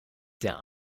der